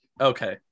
Okay